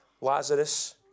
Lazarus